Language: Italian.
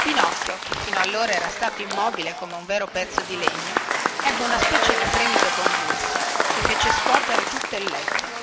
pinocchio che fin allora era stato immobile come un vero pezzo di legno ebbe una specie di fremito convulso che fece scuotere tutto il letto